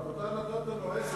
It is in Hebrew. אבל אתה נתת לו עשר